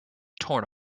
torn